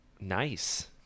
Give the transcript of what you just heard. Nice